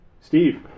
Steve